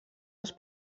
als